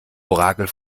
orakel